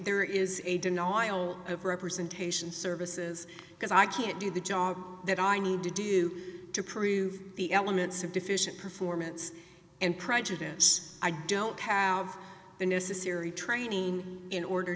there is a dyno aisle of representation services because i can't do the job that i need to do to prove the elements of deficient performance and prejudice i don't have the necessary training in order